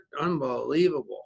unbelievable